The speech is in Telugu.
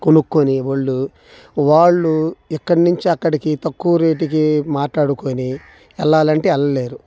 కొనుక్కునే వాళ్ళు వాళ్ళు ఇక్కడి నుంచి అక్కడికి తక్కువ రేటుకి మాట్లాడుకొని వెళ్ళాలంటే వెళ్ళలేరు